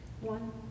one